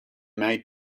made